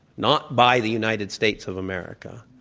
not by the united states of america.